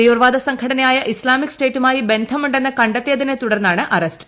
തീവ്രവാദ സംഘടയായ ഇസ്ലാമിക് സ്റ്റേറ്റുമായി ബന്ധമുണ്ടെന്ന് കണ്ടെത്തിയതിനെ തുടർന്നാണ് അറസ്റ്റ്